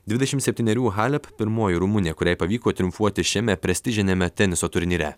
dvidešim septynerių halep pirmoji rumunė kuriai pavyko triumfuoti šiame prestižiniame teniso turnyre